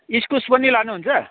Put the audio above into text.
इस्कुस पनि लानुहुन्छ